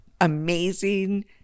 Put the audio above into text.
amazing